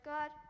God